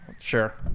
Sure